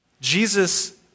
Jesus